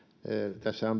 tässä on